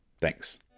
Thanks